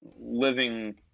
living